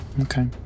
okay